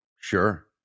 sure